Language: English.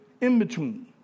in-between